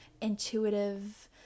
intuitive